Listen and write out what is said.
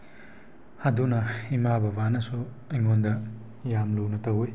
ꯑꯗꯨꯅ ꯏꯃꯥ ꯕꯕꯥꯅꯁꯨ ꯑꯩꯉꯣꯟꯗ ꯌꯥꯝ ꯂꯨꯅ ꯇꯧꯋꯤ